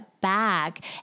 back